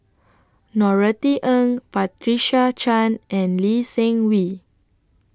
Norothy Ng Patricia Chan and Lee Seng Wee